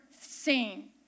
seen